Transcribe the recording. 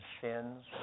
sins